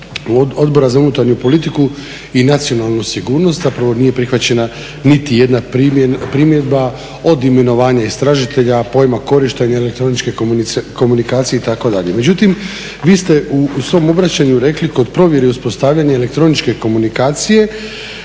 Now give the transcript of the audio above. Odbora za unutarnju politiku i nacionalnu sigurnost, zapravo nije prihvaćena niti jedna primjedba od imenovanja istražitelja, pojma korištenja elektroničke komunikacije itd.. Međutim, vi ste u svom obraćanju rekli kod provjere i uspostavljanja elektroničke komunikacije